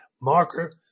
marker